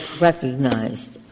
recognized